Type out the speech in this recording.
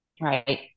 right